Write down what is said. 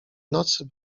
nocy